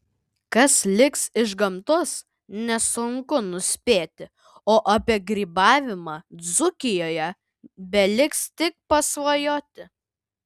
kas liks iš gamtos nesunku nuspėti o apie grybavimą dzūkijoje beliks tik pasvajoti